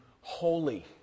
holy